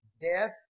death